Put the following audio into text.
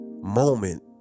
moment